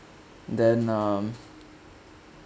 then um